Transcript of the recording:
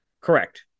Correct